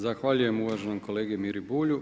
Zahvaljujem uvaženom kolegi Miri Bulju.